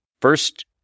First